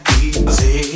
easy